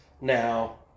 now